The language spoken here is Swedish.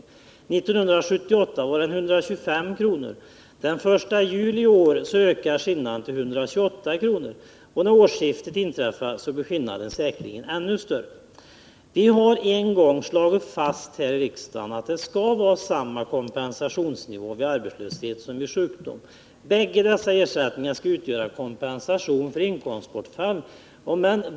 1978 var den 125 kr. Den 1 juli i år ökar skillnaden till 128 kr. När årsskiftet inträder blir skillnaden säkerligen ännu större. Vi har här en gång fastslagit att det skall vara samma kompensationsnivå vid arbetslöshet som vid sjukdom. Bägge dessa ersättningar skall utgöra kompensation för inkomstbortfall.